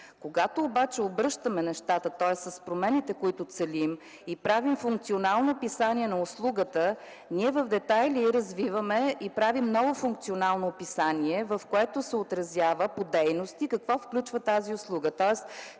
Когато обаче обръщаме нещата, тоест с промените, които целим и правим функционално описание на услугата, ние развиваме в детайли и правим ново функционално описание, в което се отразява по дейности какво включва тази услуга,